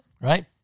Right